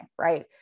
right